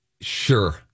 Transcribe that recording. Sure